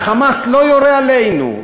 ה"חמאס" לא יורה עלינו,